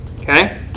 Okay